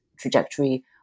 trajectory